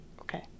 Okay